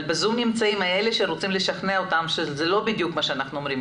אבל בזום נמצאים אלה שרוצים לשכנע אותם שזה לא בדיוק מה שאנחנו אומרים,